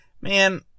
man